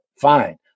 fine